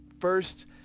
first